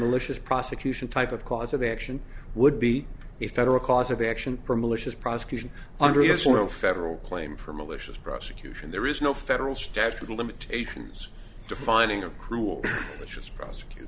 malicious prosecution type of cause of action would be a federal cause of action for malicious prosecution under yes or no federal claim for malicious prosecution there is no federal statute of limitations defining of cruel which is prosecut